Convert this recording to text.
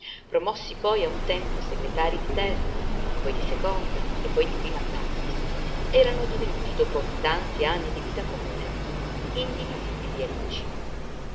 promossi poi a un tempo segretarii di terza e poi di seconda e poi di prima classe erano divenuti dopo tanti anni di vita comune indivisibili amici